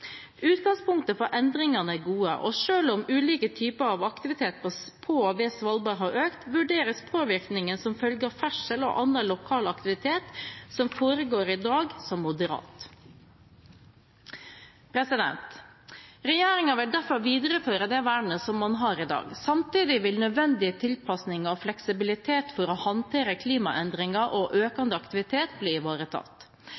Utgangspunktet for endringer er gode, og selv om ulike typer av aktivitet på og ved Svalbard har økt, vurderes påvirkningen som følge av ferdsel og annen lokal aktivitet som foregår i dag, som moderat. Regjeringen vil derfor videreføre det vernet man har i dag. Samtidig vil nødvendige tilpasninger og fleksibilitet for å håndtere klimaendringer og